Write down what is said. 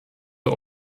der